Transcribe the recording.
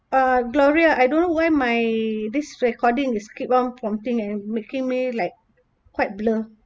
uh gloria I don't why my this recording is keep on prompting and making me like quite blur